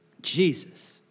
Jesus